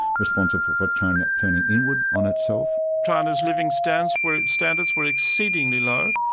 responsible for china turning inward on itself. china's living standards were standards were exceedingly low,